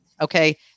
Okay